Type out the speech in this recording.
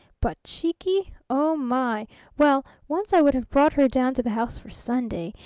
but cheeky? oh, my well, once i would have brought her down to the house for sunday,